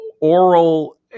oral